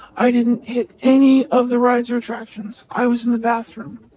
i didn't hit any of the rides or attractions. i was in the bathroom.